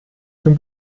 zum